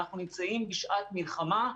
אנחנו נמצאים בשעת מלחמה.